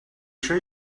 sure